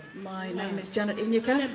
my name is janet inyika.